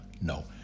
No